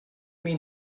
mean